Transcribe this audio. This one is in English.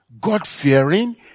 God-fearing